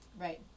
Right